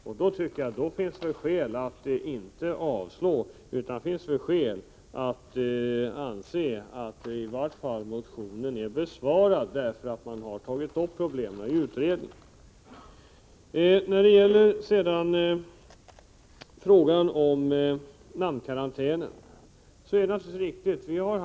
Mot denna bakgrund finns det skäl att tillstyrka förslaget om att problemen skall tas upp i de kommande utredningarna. Det är riktigt att vi har tagit upp frågan om namnkarantän även tidigare.